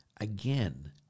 again